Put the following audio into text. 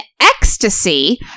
ecstasy